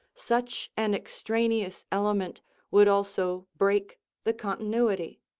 such an extraneous element would also break the continuity.